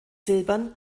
silbern